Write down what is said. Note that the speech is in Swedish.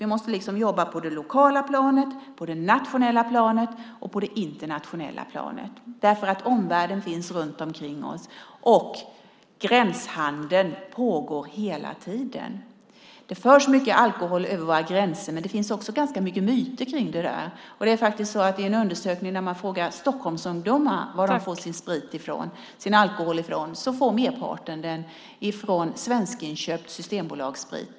Vi måste jobba på det lokala planet, på det nationella planet och på det internationella planet, eftersom omvärlden finns runt omkring oss och gränshandeln hela tiden pågår. Det förs in mycket alkohol över våra gränser, men det finns också ganska mycket myter kring det där. I en undersökning där man har frågat Stockholmsungdomar varifrån de får sin sprit och alkohol svarar merparten faktiskt att den kommer från inköp på svenska Systembolaget.